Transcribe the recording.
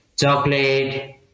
chocolate